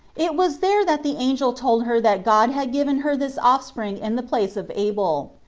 it was there that the angel told her that god had given her this offspring in the place of abel.